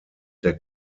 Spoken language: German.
der